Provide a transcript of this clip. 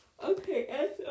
Okay